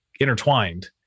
intertwined